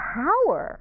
power